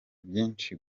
byinshi